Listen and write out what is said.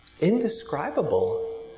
indescribable